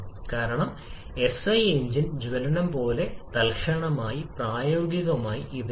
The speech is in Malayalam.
1 2 3 മോളുകൾക്ക് തുല്യമാണ് ഉൽപ്പന്നത്തിന്റെ ഭാഗത്ത് 1 2 3 മോളുകൾക്ക് തുല്യമാണ്